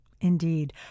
Indeed